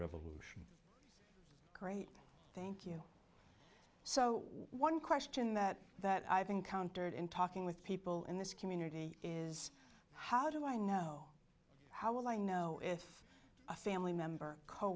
revolution great thank you so one question that that i've encountered in talking with people in this community is how do i know how will i know if a family member co